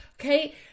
Okay